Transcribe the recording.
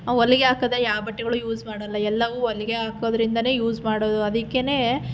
ಹೊಲಿಗೆ ಹಾಕದೆ ಯಾವ ಬಟ್ಟೆಗಳು ಯೂಸ್ ಮಾಡಲ್ಲ ಎಲ್ಲವೂ ಹೊಲಿಗೆ ಹಾಕೋದರಿಂದನೇ ಯೂಸ್ ಮಾಡೋದು ಅದಕ್ಕೆನೇ